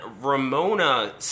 Ramona